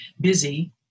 busy